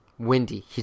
Windy